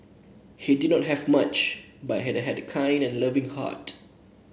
he did not have much but he had a kind and loving heart